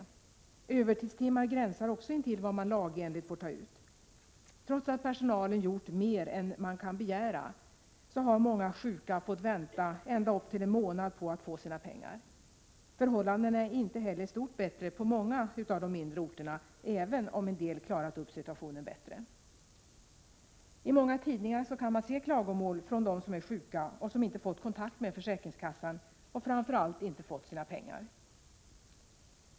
Antalet övertidstim mar gränsar också till vad man lagenligt får ta ut. Trots att personalen gjort — Prot. 1987/88:79 mer än man kan begära, har många sjuka fått vänta ända upp till en månad på 1 mars 1988 tt få si . Förhållandena är inte heller stort bätt aj sina pengar. Förhållandena är inte heller stort bättre på många av de Om ärbetssltuäkoner. mindre orterna — även om man på en del håll har klarat situationen bättre. > be ha - ER på försäkringskassor I många tidningar kan man läsa om klagomål från personer som är sjuka, ä som inte har fått kontakt med försäkringskassan och som, framför allt, inte har fått sina pengar.